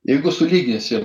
jeigu sulyginsim